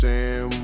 Sam